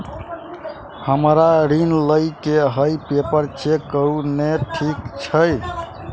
हमरा ऋण लई केँ हय पेपर चेक करू नै ठीक छई?